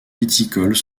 viticoles